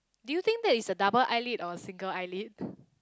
do you think that it's a double eyelid or a single eyelid